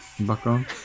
Background